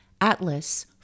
Atlas